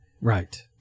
Right